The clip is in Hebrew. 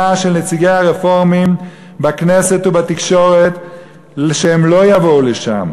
של נציגי הרפורמים בכנסת ובתקשורת שהם לא יבואו לשם,